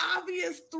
obvious